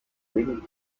ruhigen